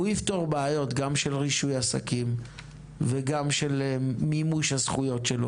הוא יפתור בעיות של רישוי עסקים ושל מימוש הזכויות,